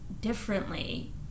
differently